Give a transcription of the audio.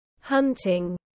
hunting